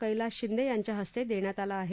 कैलास शिंदे यांच्या हस्ते देण्यात आला आहे